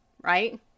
Right